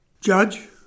Judge